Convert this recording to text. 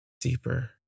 Deeper